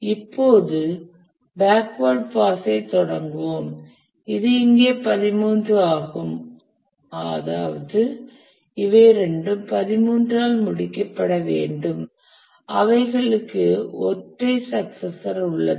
இப்போது பேக்வேர்ட் பாஸைத் தொடங்குவோம் இது இங்கே 13 ஆகும் அதாவது இவை இரண்டும் 13 ஆல் முடிக்கப்பட வேண்டும் அவைகளுக்கு ஒற்றை சக்சசர் உள்ளது